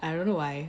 I don't know why